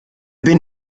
bin